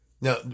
now